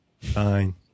Fine